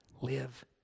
live